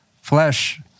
flesh